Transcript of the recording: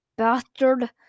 Bastard